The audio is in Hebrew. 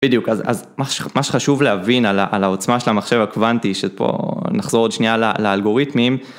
בדיוק אז מה שחשוב להבין על העוצמה של המחשב הקוונטי שפה נחזור עוד שנייה לאלגוריתמים.